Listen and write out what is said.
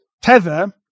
Tether